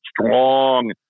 strong